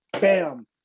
Bam